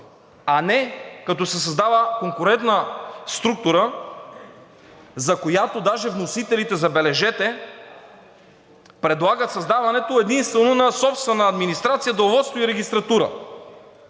а не като се създава конкурентна структура, за която даже вносителите, забележете, предлагат създаването единствено на собствена администрация, деловодство и регистратура.